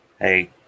hey